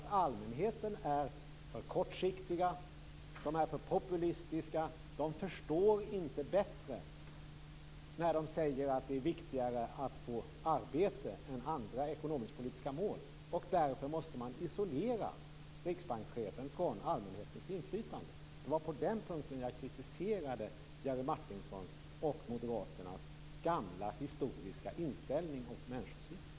Allmänheten är för kortsiktiga. De är för populistiska. De förstår inte bättre när de säger att det är viktigare med arbete än med andra ekonomisk-politiska mål. Därför måste man isolera riksbankschefen från allmänhetens inflytande. Det var på den punkten jag kritiserad Jerry Martingers och Moderaternas gamla historiska inställning och människosyn.